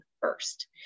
first